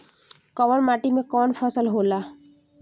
कवन माटी में कवन फसल हो ला?